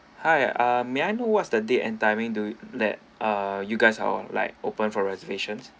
hi ah may I know what's the date and timing do that uh you guys are like open for reservations